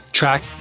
Track